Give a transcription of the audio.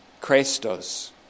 Christos